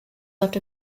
left